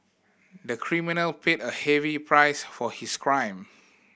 the criminal paid a heavy price for his crime